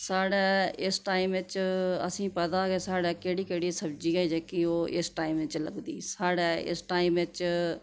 साढ़ै इस टाइम बिच्च असेंगी पता गै साढ़ै केह्ड़ी केह्ड़ी सब्ज़ी ऐ जेह्की ओह् इस टाइम चलै दी साढ़ै इस टाइम बिच्च